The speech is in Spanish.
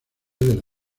del